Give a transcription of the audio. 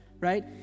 right